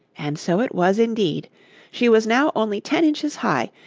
and so it was indeed she was now only ten inches high,